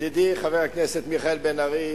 ידידי חבר הכנסת מיכאל בן-ארי,